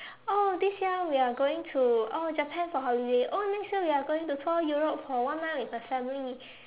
oh this year we are going to oh Japan for holiday oh next year we are going to tour Europe for one month with the family